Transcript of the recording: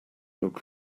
look